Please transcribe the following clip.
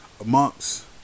amongst